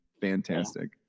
fantastic